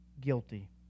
guilty